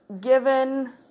given